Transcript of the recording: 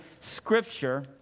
Scripture